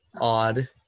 Odd